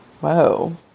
Whoa